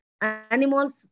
animals